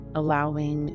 allowing